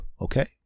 Okay